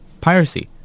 piracy